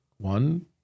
One